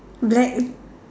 black